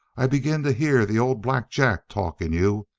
i begin to hear the old black jack talk in you!